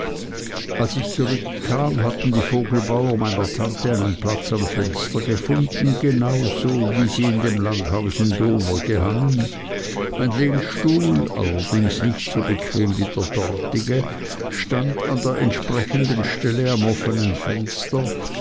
als ich zurückkam hatten die vogelbauer meiner tante einen platz am fenster gefunden genau so wie sie in dem landhaus in dover gehangen mein lehnstuhl allerdings nicht so bequem wie der dortige stand an der entsprechenden stelle am offnen fenster